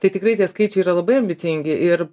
tai tikrai tie skaičiai yra labai ambicingi ir